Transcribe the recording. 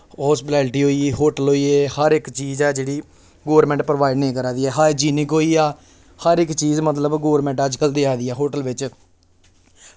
hospitality होई hotel होइयै हर इक चीज ऐ जेह्ड़ी मतलब कि गौरमेंट प्रोवाइड निं करा दी ऐ हाइजीनिक होइया हर इक चीज मतलब गौरमेंट अज्ज कल देआ दी ऐ होटल बिच